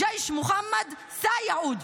ג'ייש מחמד סופ יעוד",